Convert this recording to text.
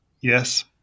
Yes